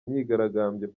myigaragambyo